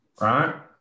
Right